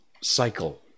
cycle